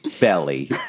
Belly